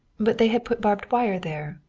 but they had put barbed wire there.